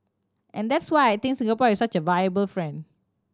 and that's why I think Singapore is such a viable friend